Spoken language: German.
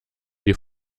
die